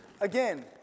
again